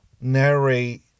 narrate